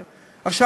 עכשיו,